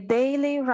daily